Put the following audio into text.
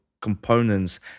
components